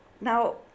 Now